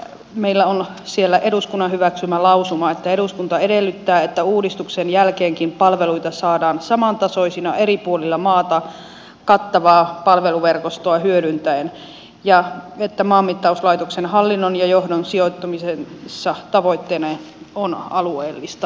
meillä on siellä eduskunnan hyväksymä lausuma että eduskunta edellyttää että uudistuksen jälkeenkin palveluita saadaan samantasoisina eri puolilla maata kattavaa palveluverkostoa hyödyntäen ja että maanmittauslaitoksen hallinnon ja johdon sijoittumisessa tavoitteena on alueellistaminen